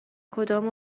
کدام